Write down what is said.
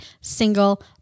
single